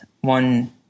one